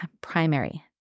primary